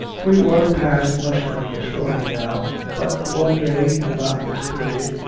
we were past mustering a story now but one day, at about this period,